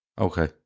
Okay